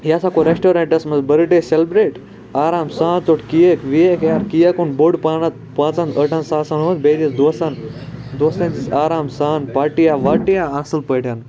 یہِ ہَسا کوٚر ریٚسٹورنٹَس مَنٛز بٔرتھ ڈے سیلبریٹ آرام سان ژوٚٹ کیک ویک یا کیک اوٚن بوٚڑ پَہنَتھ پانٛژَن ٲٹھَن ساسَن ہُنٛد بیٚیہِ دِژ دوستَن دوستَن دِژ آرام سان پارٹیا وارٹیا اصل پٲٹھۍ